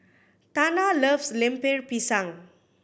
Tana loves Lemper Pisang